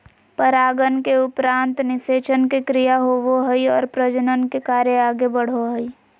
परागन के उपरान्त निषेचन के क्रिया होवो हइ और प्रजनन के कार्य आगे बढ़ो हइ